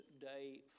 day